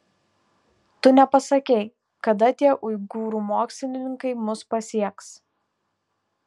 tu nepasakei kada tie uigūrų mokslininkai mus pasieks